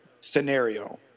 scenario